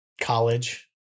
College